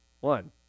One